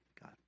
God